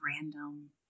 random